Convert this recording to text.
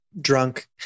drunk